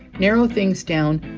narrow things down.